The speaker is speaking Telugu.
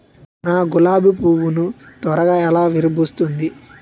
నా గులాబి పువ్వు ను త్వరగా ఎలా విరభుస్తుంది?